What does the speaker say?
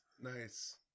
Nice